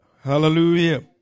Hallelujah